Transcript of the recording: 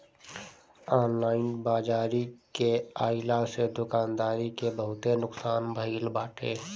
online बाजारी के आइला से दुकानदारी के बहुते नुकसान भईल बाटे